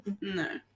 No